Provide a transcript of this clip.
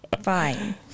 fine